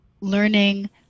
learning